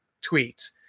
tweet